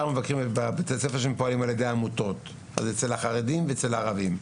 אם זה אצל החרדים ואצל הערבים.